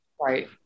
right